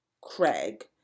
Craig